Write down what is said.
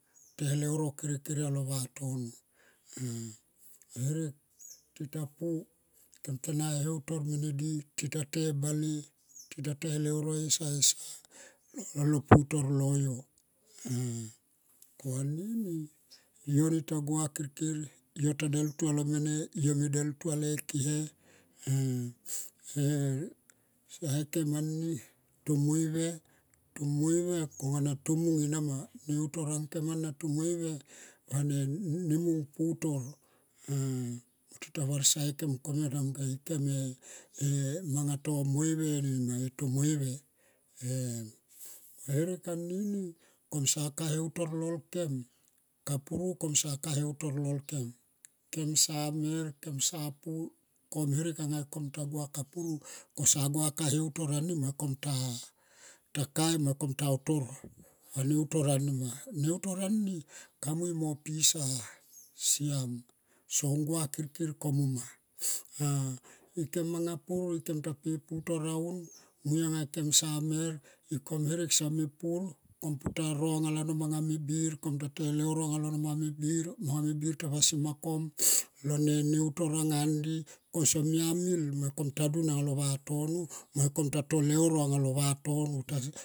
Te eleuro kere kere alo vatono herek tita pu kem ta na e heutor mene di tita to e leuro kem ta na e heutor mene di tita pu kem ta na e heutor mene di tita to e leuro esa esa lo putor lol yo ko anini yo ni ta gua kirkir yo ta deltu alo mene yo ta deltu ale kehe e sae kem ani tomoi ve. Tomoi ve konga na tomung emama ne utor ang kem ana tomoi ve ka ne mung putor. Tita var sae kem komia ma tomung kone ikem e manga tomoi ve nima e tomoi ve. Herek anini komsa ka e heutor lol kem kapura kom sa ka e eutor lol kem. Kem sa mer kem sa pu kom herek anga kom ta gua kapu kosa gua ka e heutor ani mo kom ta kai mo kom ta utor anima. Neutor ani kamui mo ne pisa siam song gua kirkir komuma ikem manga pur ikem ta pe e putor aun moi anga kem sa mer ikom herek sa pu kom putaro lo vatono no manga me bir ta te leuro anga lano manga me bir tita vasima kom lo ne eutor anga andi somia mil mo ikom ta to dun au ya lo vatono mo ikom ta to e leuro auya le vatono.